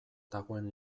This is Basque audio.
dagoen